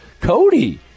Cody